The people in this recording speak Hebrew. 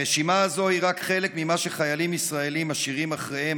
הרשימה הזאת היא רק חלק ממה שחיילים ישראלים משאירים אחריהם